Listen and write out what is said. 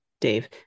Dave